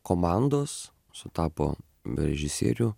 komandos sutapo režisierių